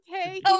okay